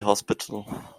hospital